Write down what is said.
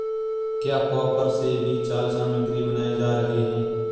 क्या कॉपर से भी जाल सामग्री बनाए जा रहे हैं?